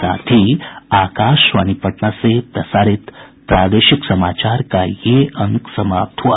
इसके साथ ही आकाशवाणी पटना से प्रसारित प्रादेशिक समाचार का ये अंक समाप्त हुआ